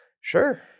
sure